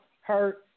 hurt